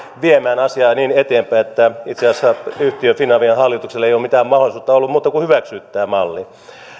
viemään asiaa eteenpäin niin että itse asiassa yhtiön finavian hallituksella ei ole ollut mitään muuta mahdollisuutta kuin hyväksyä tämä malli